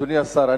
אדוני השר,